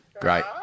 Great